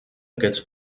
aquests